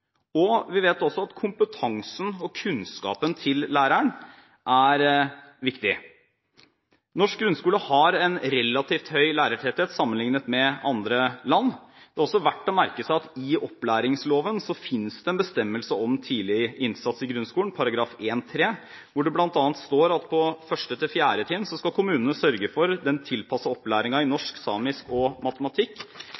Vi vet også at kompetansen og kunnskapen til læreren er viktig. Norsk grunnskole har en relativt høy lærertetthet sammenlignet med andre land. Det er også verdt å merke seg at i opplæringsloven finnes det en bestemmelse om tidlig innsats i grunnskolen, § 1-3, hvor det bl.a. står at på 1.–4. trinn skal kommunene sørge for «den tilpassa opplæringa i